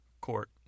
court